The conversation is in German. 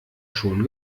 schon